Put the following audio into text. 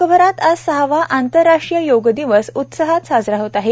जगभरात आज सहावा आंतरराष्ट्रीय योग दिवस उत्साहात साजरा होत आहे